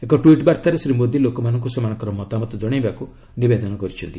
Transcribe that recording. ଏକ ଟ୍ୱିଟ୍ ବାର୍ତ୍ତାରେ ଶ୍ରୀ ମୋଦି ଲୋକମାନଙ୍କୁ ସେମାନଙ୍କର ମତାମତ ଜଣାଇବାକୁ ନିବେଦନ କରିଛନ୍ତି